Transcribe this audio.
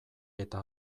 eta